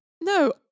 No